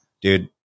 Dude